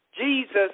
Jesus